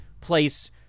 place